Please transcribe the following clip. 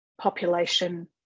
population